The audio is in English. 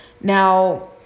now